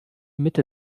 mitte